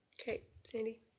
okay, sandy?